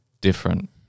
different